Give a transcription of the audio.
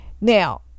now